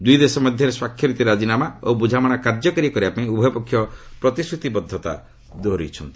ଦୁଇ ଦେଶ ମଧ୍ୟରେ ସ୍ୱାକ୍ଷରିତ ରାଜିନାମା ଓ ବୁଝାମଣା କାର୍ଯ୍ୟକାରୀ କରିବା ପାଇଁ ଉଭୟପକ୍ଷ ପ୍ରତିଶ୍ରତିବଦ୍ଧତା ଦୋହରାଇଛନ୍ତି